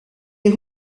est